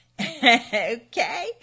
okay